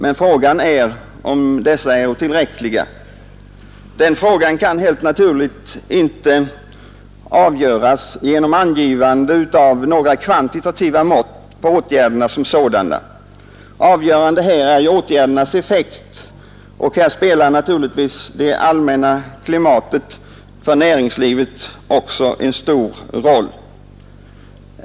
Men frågan är om dessa är tillräckliga. Den frågan kan inte avgöras genom angivande av några kvantitativa mått på åtgärderna som sådana. Det avgörande är ju åtgärdernas effekt, och här spelar naturligtvis det ekonomiska klimatet för näringslivet också en stor roll.